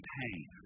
pain